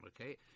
Okay